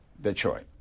Detroit